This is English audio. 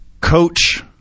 coach